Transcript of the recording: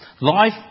Life